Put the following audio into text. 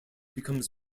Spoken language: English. becomes